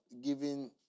giving